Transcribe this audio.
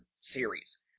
series